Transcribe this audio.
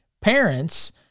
parents